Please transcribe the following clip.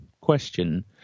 question